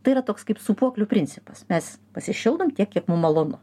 tai yra toks kaip sūpuoklių principas mes pasišildom tiek kiek mum malonu